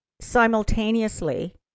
simultaneously